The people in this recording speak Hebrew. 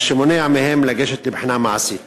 והוא מונע מהם לגשת לבחינה מעשית.